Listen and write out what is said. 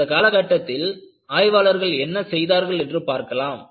அந்த காலகட்டத்தில் ஆய்வாளர்கள் என்ன செய்தார்கள் என்று பார்க்கலாம்